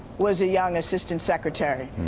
was a young assistant secretary.